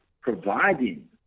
providing